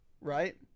Right